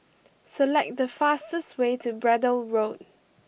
select the fastest way to Braddell Road